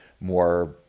more